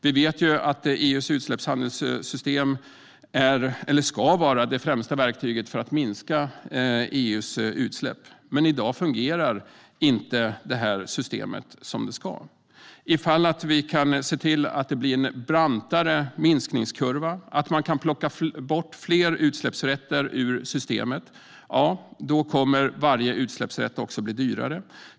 Vi vet att EU:s utsläppshandelssystem ska vara det främsta verktyget för att minska EU:s utsläpp. Men i dag fungerar inte systemet som det ska. Ifall vi kan se till att det blir en brantare minskningskurva och att man kan plocka bort fler utsläppsrätter ur systemet kommer varje utsläppsrätt att bli dyrare.